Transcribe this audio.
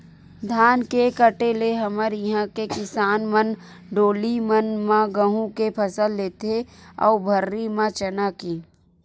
धान के कटे ले हमर इहाँ के किसान मन डोली मन म गहूँ के फसल लेथे अउ भर्री म चना के